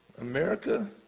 America